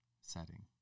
setting